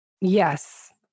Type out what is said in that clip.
Yes